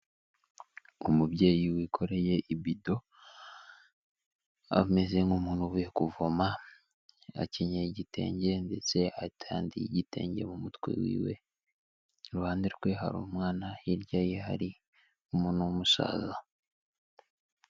Umubyeyi wikoreye ibido ameze nk'umuntu uvuye kuvoma, akenye igitenge ndetse atandiye igitenge mu mutwe wiwe, iruhande rwe hari umwana, hirya ye hari umuntu w'umusaza.